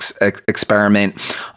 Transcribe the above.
experiment